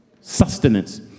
Sustenance